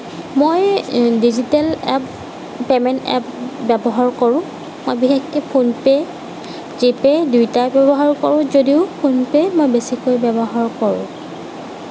মই digital app payment app ব্যৱহাৰ কৰোঁ মই বিশেষকৈ ফোনপে' জিপে' দুয়োটাই ব্য়ৱহাৰ কৰোঁ যদিও ফোনপে' মই বেছিকৈ ব্যৱহাৰ কৰোঁ